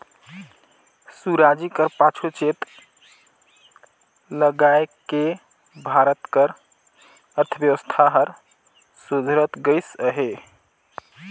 सुराजी कर पाछू चेत लगाएके भारत कर अर्थबेवस्था हर सुधरत गइस अहे